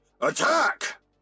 Attack